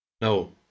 No